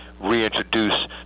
reintroduce